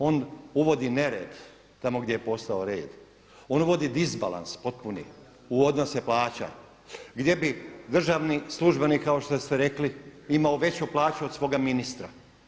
On uvodi nered tamo gdje je postao red, on uvodi disbalans potpuni u odnose plaća gdje bi državni službenik kao što ste rekli imao veću plaću od svoga ministra.